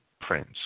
Prince